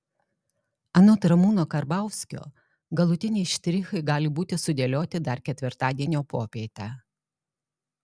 anot ramūno karbauskio galutiniai štrichai gali būti sudėlioti dar ketvirtadienio popietę